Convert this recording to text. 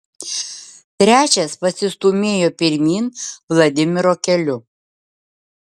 trečias pasistūmėjo pirmyn vladimiro keliu